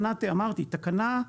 אמרתי תקנה,